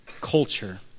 culture